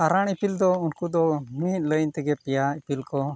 ᱟᱨᱟᱬ ᱤᱯᱤᱞ ᱫᱚ ᱩᱱᱠᱩ ᱫᱚ ᱢᱤᱫ ᱞᱟᱭᱤᱱ ᱛᱮᱜᱮ ᱯᱮᱭᱟ ᱤᱯᱤᱞ ᱠᱚ